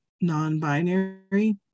non-binary